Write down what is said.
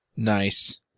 Nice